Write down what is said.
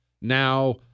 Now